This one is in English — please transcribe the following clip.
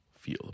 feel